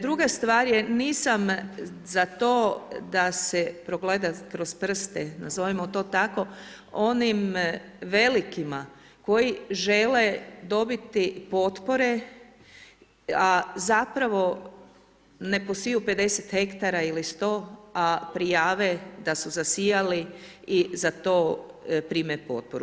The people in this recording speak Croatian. Druga stvar je, nisam za to da se progleda kroz prste, nazovimo to tako onim velikima koji žele dobiti potpore a zapravo ne posiju 50 hektara ili 100 a prijave da su zasijali i za to prime potporu.